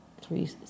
three